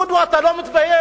דודו, אתה לא מתבייש?